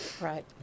right